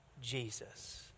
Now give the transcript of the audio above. Jesus